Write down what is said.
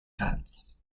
cuts